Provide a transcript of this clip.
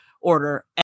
order